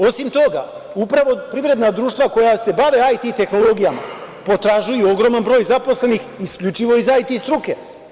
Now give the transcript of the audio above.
Osim toga, upravo privredna društva koja se bave IT tehnologijama, potražuju ogroman broj zaposlenih, isključivo iz IT struke.